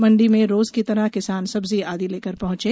मंडी में रोज की तरह किसान सब्जी आदि लेकर पहुंचे